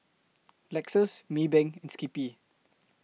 Lexus Maybank and Skippy